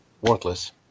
worthless